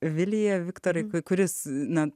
vilija viktorai ku kuris na